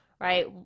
right